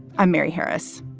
i'm mary harris.